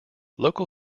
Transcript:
local